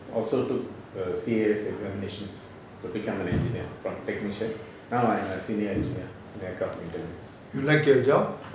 also took C_A_S examinations to become an engineer from technician now I'm a senior engineer in aircraft maintenance